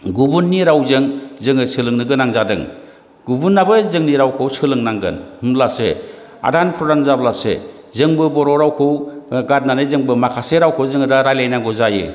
गुबुननि रावजों जोङो सोलोंनो गोनां जादों गुबुनाबो जोंनि रावखौ सोलोंनांगोन होमब्लासो आदान प्रदान जाब्लासो जोंबो बर' रावखौ गारनानै जोंबो माखासे रावखौ जोङो दा रायज्लायनांगौ जायो